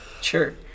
Sure